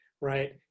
right